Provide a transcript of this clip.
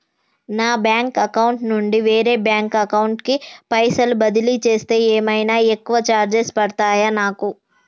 నా bank account నుండి వేరే బ్యాంక్ అకౌంట్ కి పైసల్ బదిలీ చేస్తే ఏమైనా ఎక్కువ చార్జెస్ పడ్తయా నాకు?